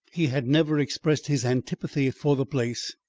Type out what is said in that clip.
he had never expressed his antipathy for the place,